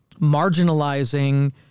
marginalizing